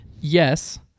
yes